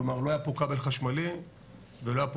כלומר לא היה פה כבל חשמלי ולא היה פה